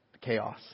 chaos